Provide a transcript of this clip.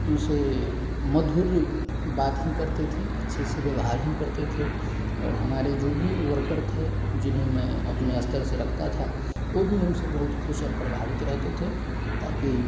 उनसे मधुर बात ही करते थे अच्छे से व्यवहार भी करते थे और हमारे जो भी वर्कर थे जिन्हें मैं अपने स्तर से रखता था वह भी हमसे बहुत ख़ुश और प्रभावित रहते थे ताकि